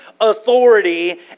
authority